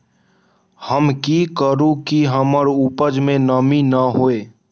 हम की करू की हमर उपज में नमी न होए?